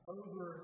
over